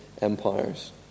empires